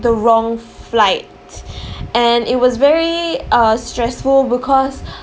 the wrong flight and it was very uh stressful because